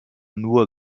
nur